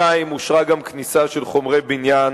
שנית, אושרה גם כניסה של חומרי בניין